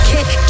Kick